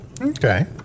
okay